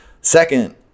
Second